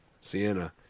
Sienna